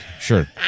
Sure